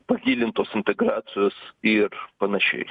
pagilintos integracijos ir panašiai